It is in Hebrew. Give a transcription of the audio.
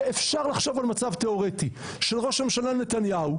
ואפשר לחשוב על מצב תיאורטי של ראש הממשלה נתניהו,